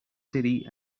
city